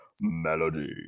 melody